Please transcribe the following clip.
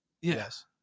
Yes